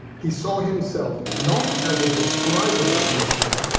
he saw himself not as a describer of nature,